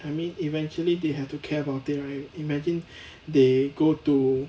I mean eventually they have to care about it right imagine they go to